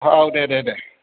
औ दे दे